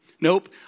nope